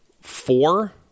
four